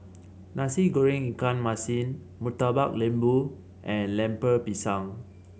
Nasi Goreng Ikan Masin Murtabak Lembu and Lemper Pisang